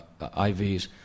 IVs